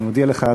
אני מודיע לך,